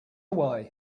away